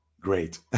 great